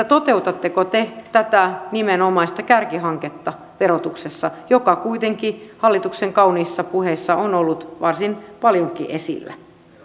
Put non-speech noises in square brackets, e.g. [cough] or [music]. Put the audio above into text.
[unintelligible] toteutatteko te tätä nimenomaista kärkihanketta verotuksessa joka kuitenkin hallituksen kauniissa puheissa on ollut varsin paljonkin esillä